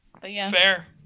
Fair